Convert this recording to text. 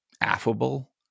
affable